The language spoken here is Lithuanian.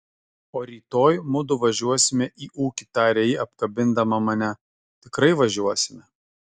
o rytoj mudu važiuosime į ūkį tarė ji apkabindama mane tikrai važiuosime